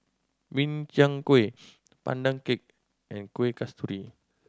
Min Chiang Kueh Pandan Cake and Kueh Kasturi